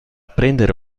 prendere